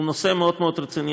זה נושא מאוד מאוד רציני,